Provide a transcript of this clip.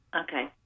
okay